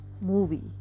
movie